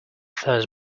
first